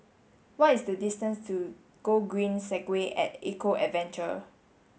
what is the distance to Gogreen Segway at Eco Adventure